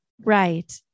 Right